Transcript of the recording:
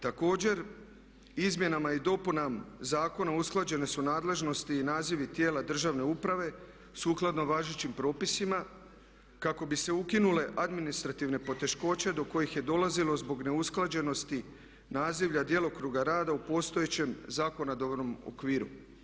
Također, izmjenama i dopunama zakona usklađene su nadležnosti i nazivi tijela državne uprave sukladno važećim propisima kako bi se ukinule administrativne poteškoće do kojih je dolazilo zbog neusklađenosti nazivlja djelokruga rada u postojećem zakonodavnom okviru.